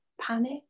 panic